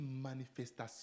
manifestation